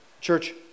Church